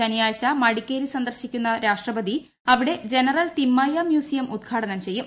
ശനിയാഴ്ച മടിക്കേരി സന്ദർശിക്കുന്ന രാഷ്ട്രപതി അവിടെ ജനറൽ തിമയ്യ മ്യൂസിയം ഉദ്ഘാടനം ചെയ്യും